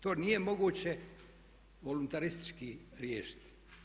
To nije moguće voluntaristički riješiti.